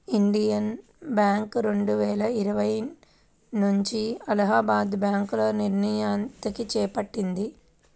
Indian bank రెండువేల ఇరవై నుంచి అలహాబాద్ బ్యాంకు నియంత్రణను చేపట్టింది